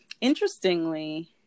interestingly